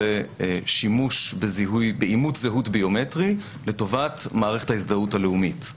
זה שימוש באימות זהות ביומטרי לטובת מערכת ההזדהות הלאומית,